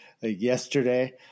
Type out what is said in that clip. yesterday